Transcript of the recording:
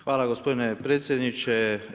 Hvala gospodine predsjedniče.